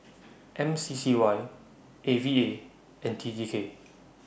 M C C Y A V A and T T K